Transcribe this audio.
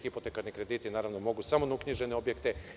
Hipotekarni krediti, naravno, mogu samo na uknjižene objekte.